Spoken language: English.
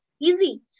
easy